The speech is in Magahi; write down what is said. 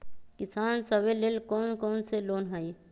किसान सवे लेल कौन कौन से लोने हई?